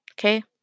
okay